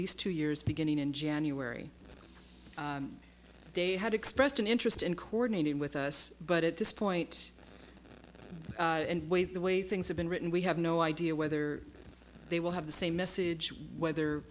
least two years beginning in january they had expressed an interest in coordinating with us but at this point and wait the way things have been written we have no idea whether they will have the same message whether